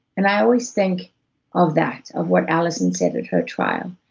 and i always think of that, of what alison said at her trial.